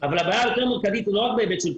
אבל הבעיה היותר מרכזית היא לא רק בהיבט ציר